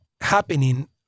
happening